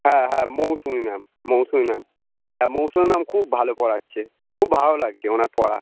হ্যাঁ হ্যাঁ Moushumi ma'am Moushumi ma'am হ্যাঁ মৌসুমী ম্যাম খুব ভালো পড়াচ্ছে খুব ভালো লাগছে ওনার পড়া